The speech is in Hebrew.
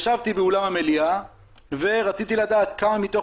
ישבתי באולם המליאה ורציתי לדעת כמה מתוך